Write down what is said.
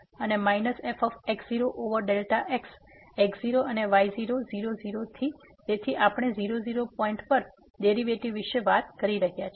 તેથી x0 અને y0 0 0 થી તેથી આપણે 00 પોઈન્ટ પર ડેરીવેટીવ વિશે વાત કરી રહ્યા છીએ